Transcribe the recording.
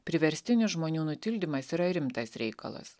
priverstinis žmonių nutildymas yra rimtas reikalas